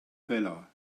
vella